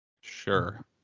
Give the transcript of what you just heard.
sure